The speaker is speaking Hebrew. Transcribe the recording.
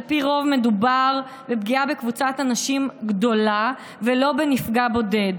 על פי רוב מדובר בפגיעה בקבוצת אנשים גדולה ולא בנפגע בודד.